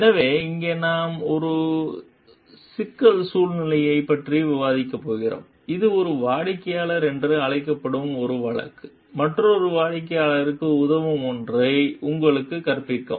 எனவே இங்கே நாம் ஒரு சிக்கல் சூழ்நிலையைப் பற்றி விவாதிக்கப் போகிறோம் இது ஒரு வாடிக்கையாளர் என்று அழைக்கப்படும் ஒரு வழக்கு மற்றொரு வாடிக்கையாளருக்கு உதவும் ஒன்றை உங்களுக்குக் கற்பிக்கிறது